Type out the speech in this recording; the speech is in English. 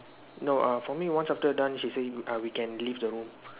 no uh for me once after done she say uh we can leave the room